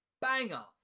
banger